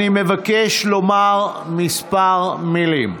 אני מבקש לומר כמה מילים.